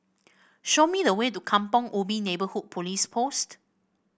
show me the way to Kampong Ubi Neighbourhood Police Post